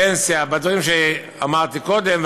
פנסיה" ודברים שאמרתי קודם,